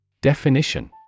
Definition